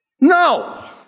No